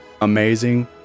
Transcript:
amazing